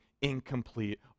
incomplete